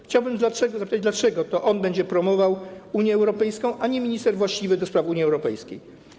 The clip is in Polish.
Chciałbym zapytać, dlaczego to on będzie promował Unię Europejską, a nie minister właściwy do spraw Unii Europejskiej.